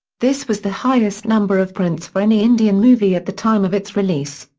this was the highest number of prints for any indian movie at the time of its release.